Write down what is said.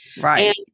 Right